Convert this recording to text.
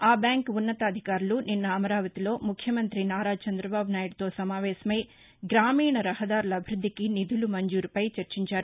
ఆ బ్యాంక్ ఉన్నతాధికారులు నిన్న అమరావతిలో ముఖ్యమంత్రి నారా చంద్రబాబునాయుడుతో సమావేశమై గ్రామీణ రహదారుల అభివృద్దికి నిధులు మంజూరుపై చర్చించారు